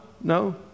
no